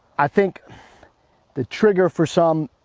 i think the trigger for some.